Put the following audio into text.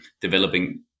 developing